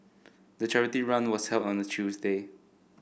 the charity run was held on a Tuesday